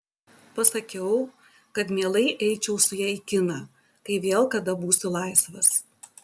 pasakiau kad mielai eičiau su ja į kiną kai vėl kada būsiu laisvas